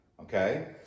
okay